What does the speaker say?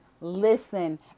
listen